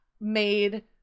made